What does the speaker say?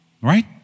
right